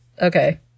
okay